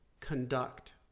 conduct